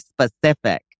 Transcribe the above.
specific